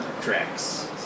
tracks